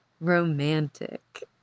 Romantic